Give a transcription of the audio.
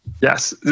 Yes